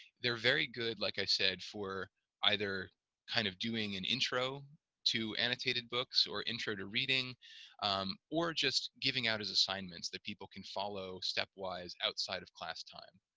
they're very good like i said for either kind of doing an intro to annotated books or intro to reading or just giving out his assignments that people can follow step wise outside of class time